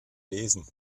lesen